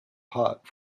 hot